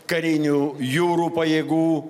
karinių jūrų pajėgų